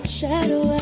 shadow